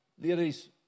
Ladies